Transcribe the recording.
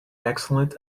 excellent